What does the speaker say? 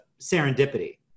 serendipity